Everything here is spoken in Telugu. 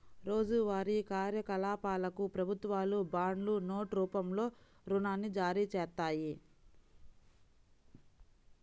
రోజువారీ కార్యకలాపాలకు ప్రభుత్వాలు బాండ్లు, నోట్ రూపంలో రుణాన్ని జారీచేత్తాయి